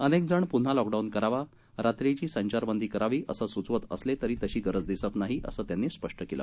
अनेकजण पुन्हा लॉकडाऊन करावा रात्रीची संचारबंदी करावी असं सुचवत असले तरी तशी गरज दिसत नाहीअसं त्यांनी स्पष्ट केलं